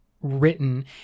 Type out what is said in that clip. written